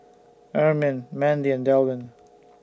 Ermine Mandi and Delwin